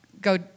go